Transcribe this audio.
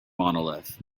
monolith